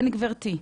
כן גברתי,